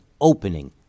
opening